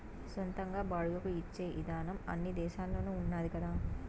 సొంతంగా బాడుగకు ఇచ్చే ఇదానం అన్ని దేశాల్లోనూ ఉన్నాది కదా